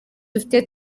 dufite